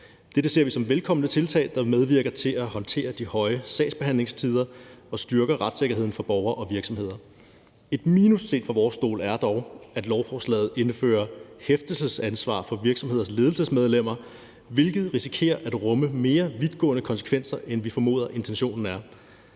Dette ser vi som velkomne tiltag, der medvirker til at håndtere de høje sagsbehandlingstider og styrker retssikkerheden for borgerne og virksomheder. Et minus set fra vores stol er dog, at lovforslaget indfører hæftelsesansvar for virksomheders ledelsesmedlemmer, hvilket risikerer at rumme mere vidtgående konsekvenser, end vi formoder intentionen er.